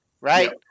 right